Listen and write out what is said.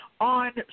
on